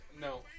no